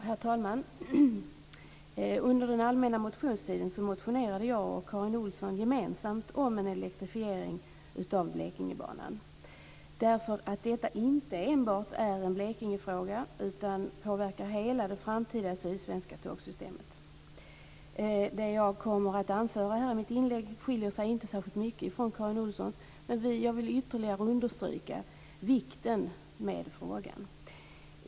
Herr talman! Under den allmänna motionstiden motionerade jag och Karin Olsson gemensamt om en elektrifiering av Blekingebanan. Detta är inte enbart en Blekingefråga, utan den påverkar hela det framtida sydsvenska tågsystemet. Det jag kommer att anföra i mitt inlägg skiljer sig inte särskilt mycket från det som Karin Olsson sade, men jag vill ytterligare understryka vikten av frågan.